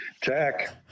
Jack